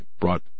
brought